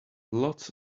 lots